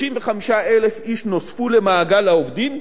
35,000 איש נוספו למעגל העובדים,